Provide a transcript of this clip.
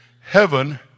heaven